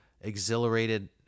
exhilarated